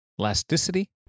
Elasticity